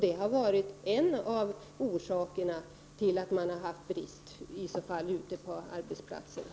Det har varit en av anledningarna till att det rått personalbrist ute på arbetsplatserna.